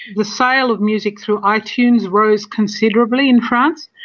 the sale of music through ah itunes rose considerably in france,